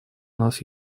нас